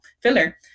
filler